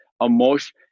emotion